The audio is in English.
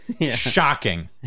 Shocking